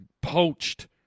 poached